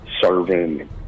serving